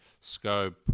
scope –